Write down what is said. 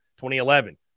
2011